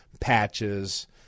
patches